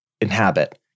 inhabit